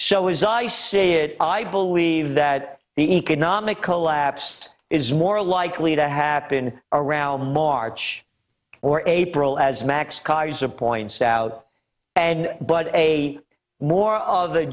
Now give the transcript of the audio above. so as i say it i believe that the economic collapse is more likely to happen around march or april as max keiser points out but a more of the